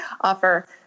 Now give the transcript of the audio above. offer